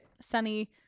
Sunny